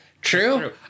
true